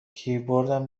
کیبوردم